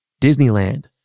Disneyland